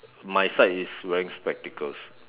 my side is wearing spectacles